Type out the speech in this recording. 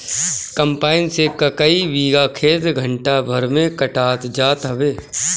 combine से कईकई बीघा खेत घंटा भर में कटात जात हवे